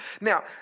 Now